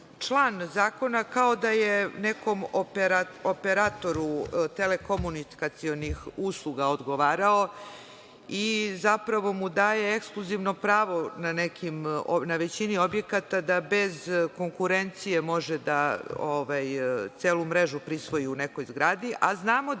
član zakona kao da je nekom operatoru telekomunikacionih usluga odgovarao i zapravo mu daje ekskluzivno pravo na većini objekata da bez konkurencije može da celu mrežu prisvoji u nekoj zgradi, a znamo